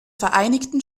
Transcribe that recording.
vereinigten